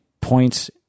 points